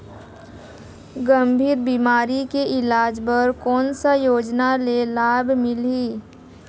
गंभीर बीमारी के इलाज बर कौन सा योजना ले लाभ मिलही?